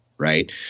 Right